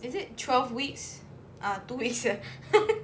is it twelve weeks ah two weeks ah